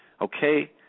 Okay